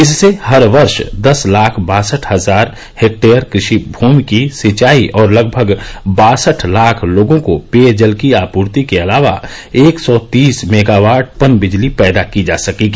इससे हर वर्ष दस लाख बासठ हजार हेक्टेयर कृषि भूमि की सिंचाई और लगभग बासठ लाख लोगों को पेयजल की आपूर्ति के अलावा एक सौ तीस मेगावाट पनबिजली पैदा की जा सकेगी